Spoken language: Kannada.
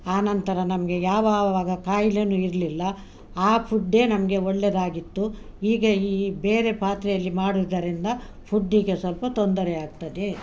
ಆನಂತರ ನಮಗೆ ಯಾವಾವಾಗ ಕಾಯಿಲೆನೂ ಇರಲಿಲ್ಲ ಆ ಫುಡ್ಡೇ ನಮಗೆ ಒಳ್ಳೆಯದಾಗಿತ್ತು ಈಗ ಈ ಬೇರೆ ಪಾತ್ರೆಯಲ್ಲಿ ಮಾಡುದರಿಂದ ಫುಡ್ಡಿಗೆ ಸ್ವಲ್ಪ ತೊಂದರೆಯಾಗ್ತದೆ